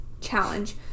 challenge